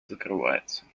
закрывается